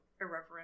irreverent